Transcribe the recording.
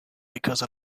because